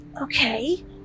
Okay